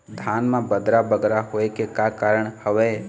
धान म बदरा बगरा होय के का कारण का हवए?